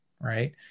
right